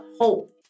hope